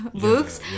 books